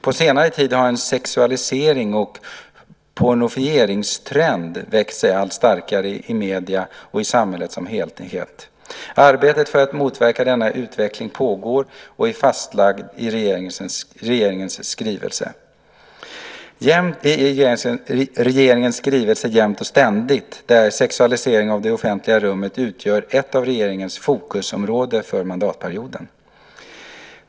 På senare tid har en sexualiserings och pornofieringstrend växt sig allt starkare i medierna och i samhället som helhet. Arbetet för att motverka denna utveckling pågår och är fastlagt i regeringens skrivelse Jämt och ständigt , där sexualiseringen av det offentliga rummet utgör ett av regeringens fokusområden för mandatperioden.